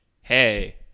hey